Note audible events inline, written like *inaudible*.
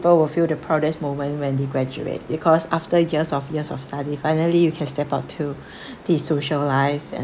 people will feel the proudest moment when they graduate because after years of years of study finally you can step up to *breath* the social life and